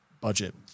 budget